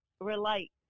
relate